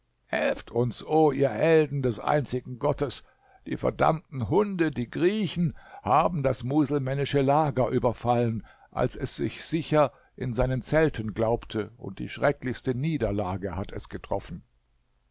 helft uns o ihr helden des einzigen gottes die verdammten hunde die griechen haben das muselmännische lager überfallen als es sich sicher in seinen zelten glaubte und die schrecklichste niederlage hat es getroffen